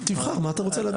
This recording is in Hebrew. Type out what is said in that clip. תבחר מה אתה רוצה להגיד.